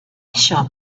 shall